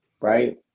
right